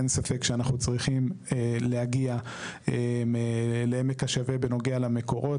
אין ספק שאנחנו צריכים להגיע לעמק השווה בנוגע למקורות.